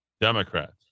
Democrats